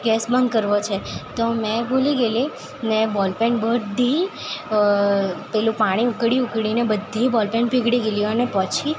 gas બંધ કરવો છે તો હું ભૂલી ગયેલી ને બોલપેન બધી પેલું પાણી ઉકળી ઉકળીને બધી બોલપેન પીગળી ગયેલી અને પછી